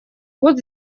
вот